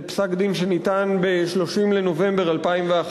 פסק-דין שניתן ב-30 בנובמבר 2011,